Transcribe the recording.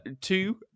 Two